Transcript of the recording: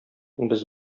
без